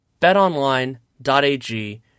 BetOnline.ag